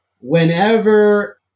whenever